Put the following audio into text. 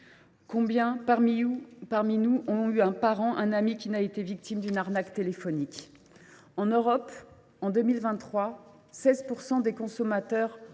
Combien parmi nous ont un parent ou un ami ayant été victime d’une arnaque téléphonique ? En Europe, en 2023, 16 % des consommateurs